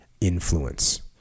influence